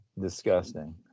disgusting